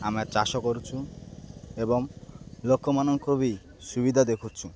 ଆମେ ଚାଷ କରୁଛୁ ଏବଂ ଲୋକମାନଙ୍କୁ ବି ସୁବିଧା ଦେଖୁଛୁ